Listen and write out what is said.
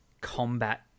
combat